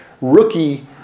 rookie